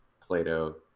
plato